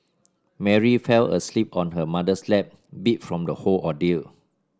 Mary fell asleep on her mother's lap beat from the whole ordeal